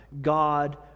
God